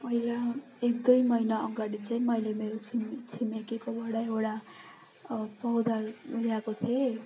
पहिला एक दुई महिना अगाडि चाहिँ मैले मेरो छिम छिमेकीकोबाट एउटा पौधा ल्याएको थिएँ